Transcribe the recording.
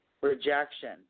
rejection